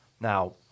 Now